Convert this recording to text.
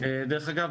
דרך אגב,